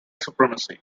supremacy